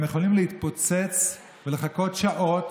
הם יכולים להתפוצץ ולחכות שעות